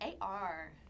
AR